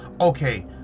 okay